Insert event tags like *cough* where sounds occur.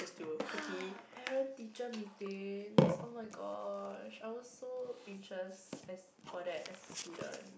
*breath* parent teacher meetings oh-my-gosh I was so anxious as for that as a student